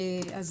עבר.